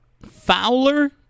Fowler